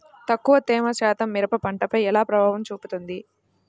తక్కువ తేమ శాతం మిరప పంటపై ఎలా ప్రభావం చూపిస్తుంది?